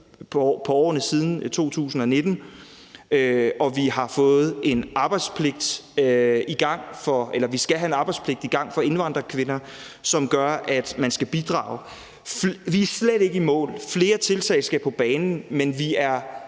i årene siden 2019, og vi skal have en arbejdspligt i gang for indvandrerkvinder, som gør, at man skal bidrage. Vi er slet ikke i mål – flere tiltag skal på banen – men vi er